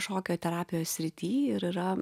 šokio terapijos srity ir yra